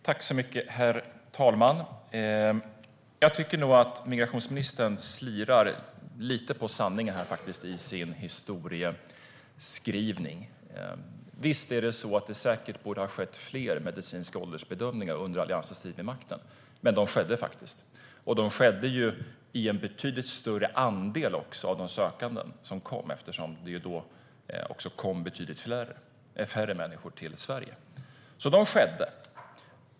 Herr talman! Jag tycker att migrationsministern slirar lite på sanningen i sin historieskrivning. Visst borde säkert fler medicinska åldersbedömningar ha skett under Alliansens tid vid makten, men de skedde faktiskt. De skedde i en betydligt större andel av de sökande eftersom det kom betydligt färre människor till Sverige.